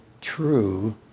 true